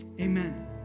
Amen